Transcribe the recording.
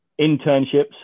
internships